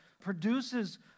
produces